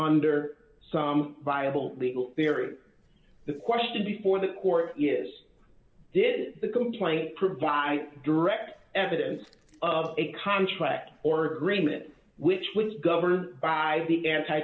under some viable legal theory the question before the court is did the complainant provide direct evidence of a contract or agreement which was governor by the anti